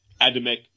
Adamek